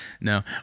No